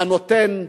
הנותן,